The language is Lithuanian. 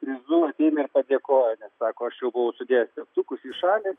prizu ateina ir padėkoja nes sako aš jau buvau sudėjęs teptukus į šalį